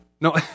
No